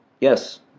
Yes